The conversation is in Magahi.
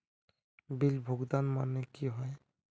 बिल भुगतान माने की होय?